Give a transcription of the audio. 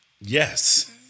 Yes